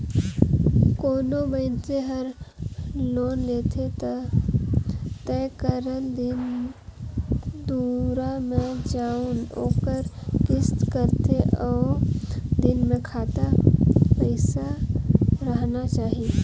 कोनो मइनसे हर लोन लेथे ता तय करल दिन दुरा में जउन ओकर किस्त रहथे ओ दिन में खाता पइसा राहना चाही